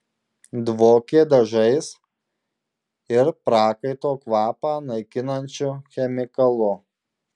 dvokė dažais ir prakaito kvapą naikinančiu chemikalu